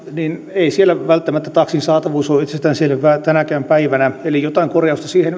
ei siellä välttämättä taksin saatavuus ole itsestään selvää tänäkään päivänä eli jotain korjausta siihen